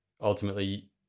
ultimately